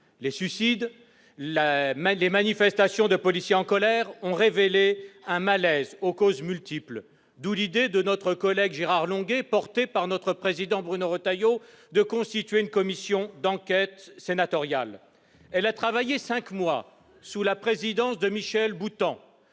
Les suicides, les manifestations de policiers en colère ont révélé un malaise aux causes multiples. D'où l'idée de notre collègue Gérard Longuet, relayée par notre président Bruno Retailleau, de constituer une commission d'enquête sénatoriale. Elle a travaillé cinq mois, sous la présidence de Michel Boutant,